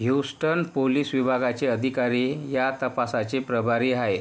Houston police विभागाचे अधिकारी या तपासाचे प्रभारी आहेत